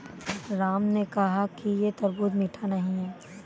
राम ने कहा कि यह तरबूज़ मीठा नहीं है